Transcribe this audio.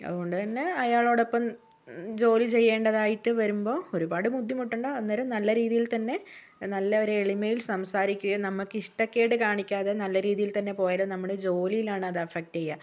അതുകൊണ്ടുതന്നെ അയാളോടൊപ്പം ജോലി ചെയ്യേണ്ടതായിട്ട് വരുമ്പോൾ ഒരുപാട് ബുദ്ധിമുട്ടേണ്ട അന്നേരം നല്ല രീതിയിൽ തന്നെ നല്ലൊരെളിമയിൽ സംസാരിക്കുകയും നമ്മൾക്ക് ഇഷ്ടക്കേട് കാണിക്കാതെ നല്ല രീതിയിൽത്തന്നെ പോയാലും നമ്മളെ ജോലിയിലാണ് അത് എഫ്ഫക്ട് ചെയ്യുക